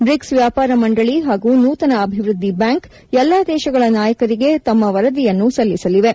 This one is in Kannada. ಬ್ರಿಕ್ಸ್ ವ್ಯಾಪಾರ ಮಂದಳಿ ಹಾಗೂ ನೂತನ ಅಭಿವ್ಬದ್ದಿ ಬ್ಯಾಂಕ್ ಎಲ್ಲಾ ದೇಶಗಳ ನಾಯಕರಿಗೆ ತಮ್ಮ ವರದಿಯನ್ನು ಸಲ್ಲಿಸಲಿವೆ